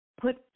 put